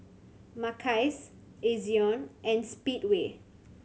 Mackays Ezion and Speedway